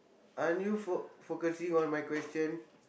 aren't you fo~ focusing on my question